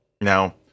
Now